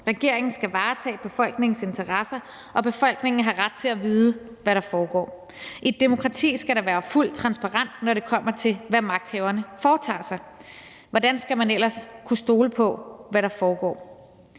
Regeringen skal varetage befolkningens interesser, og befolkningen har ret til at vide, hvad der foregår. I et demokrati skal der være fuld transparens, når det kommer til, hvad magthaverne foretager sig. Hvordan skal man ellers skulle stole på, hvad der foregår?